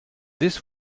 this